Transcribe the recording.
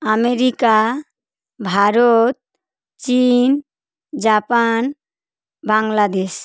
America Bharat চীন Japan Bangladesh